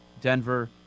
Denver